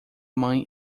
mãe